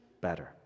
better